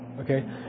Okay